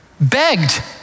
Begged